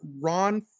Ron